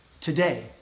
today